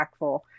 impactful